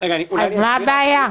אז מה הבעיה?